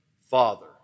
Father